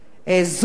זו בשורה.